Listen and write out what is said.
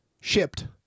Shipped